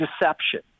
deception